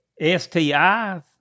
STIs